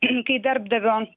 kai darbdavio